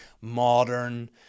modern